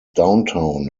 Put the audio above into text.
downtown